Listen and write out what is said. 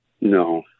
No